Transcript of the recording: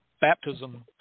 baptism